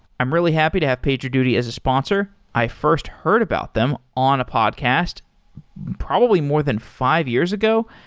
i'm really happy to have pager duty as a sponsor. i first heard about them on a podcast probably more than five years ago.